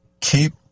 keep